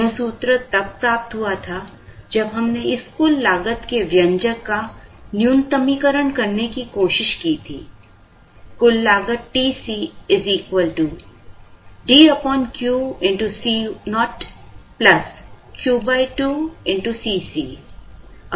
यह सूत्र तब प्राप्त हुआ था जब हमने इस कुल लागत के व्यंजक का न्यूनतमीकरण करने की कोशिश की थी कुल लागत TC DQ Co Q2 Cc है